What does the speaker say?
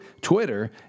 Twitter